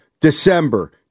December